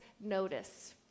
notice